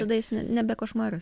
tada jis nebe košmaras